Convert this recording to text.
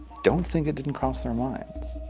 don't think it didn't cross their minds,